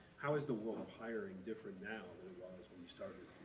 how is the role of hiring different now than it was when you started?